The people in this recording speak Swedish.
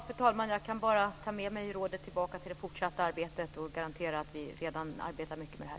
Fru talman! Jag kan bara ta rådet med mig tillbaka till det fortsatta arbetet och garantera att vi redan arbetar mycket med det här.